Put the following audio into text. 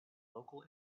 local